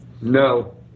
No